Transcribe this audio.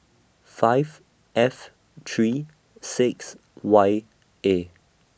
five F three six Y A